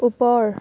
ওপৰ